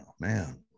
man